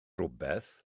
rhywbeth